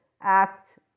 act